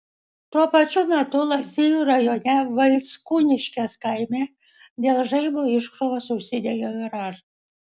tuo pačiu metu lazdijų rajone vaickūniškės kaime dėl žaibo iškrovos užsidegė garažas